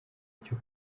cyo